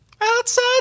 outside